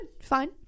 fine